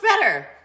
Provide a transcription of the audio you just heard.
better